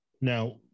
Now